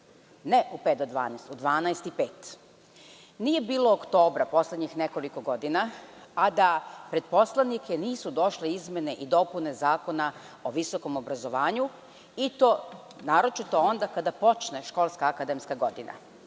12,00, u 12,05. Nije bilo oktobra poslednjih nekoliko godina, a da pred poslanike nisu došle izmene i dopune Zakona o visokom obrazovanju, i to naročito onda kada počne školska akademska godina.